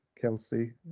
Kelsey